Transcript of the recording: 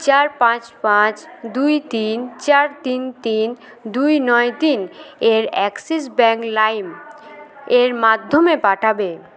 চার পাঁচ পাঁচ দুই তিন চার তিন তিন দুই নয় তিন এর অ্যাক্সিস ব্যাঙ্ক লাইম এর মাধ্যমে পাঠাবে